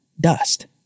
dust